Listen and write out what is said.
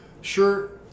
shirt